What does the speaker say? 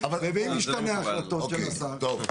בהשפעה על הציבור,